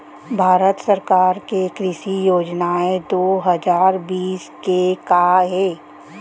भारत सरकार के कृषि योजनाएं दो हजार बीस के का हे?